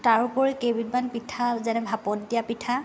তাৰোপৰি কেইবিধমান পিঠা যেনে ভাপত দিয়া পিঠা